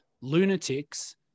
lunatics